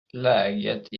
läget